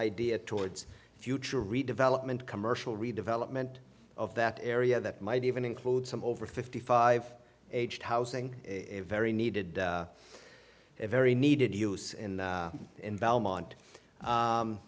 idea towards the future redevelopment commercial redevelopment of that area that might even include some over fifty five aged housing very needed a very needed use in belmont